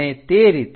અને તે રીતે